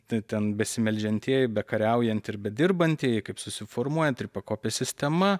tai ten besimeldžiantieji bekariaujant ir bedirbantieji kaip susiformuoja ir pakopė sistema